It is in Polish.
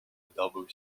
wydobył